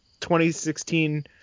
2016